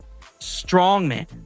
strongman